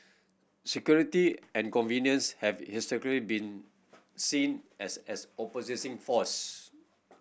security and convenience have historically been seen as as opposing force